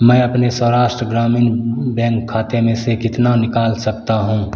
मैं अपने सौराष्ट्र ग्रामीण बैंक खाते से कितना निकाल सकता हूँ